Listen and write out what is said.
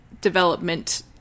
development